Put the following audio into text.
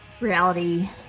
reality